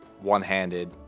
one-handed